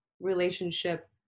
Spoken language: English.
Relationship